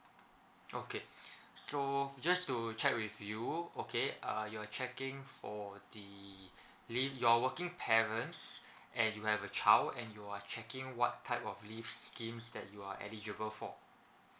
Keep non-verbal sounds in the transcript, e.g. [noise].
okay [breath] so just to check with you okay uh you're checking for the [breath] leave you are working parents and you have a child and you are checking what type of leave schemes that you are eligible for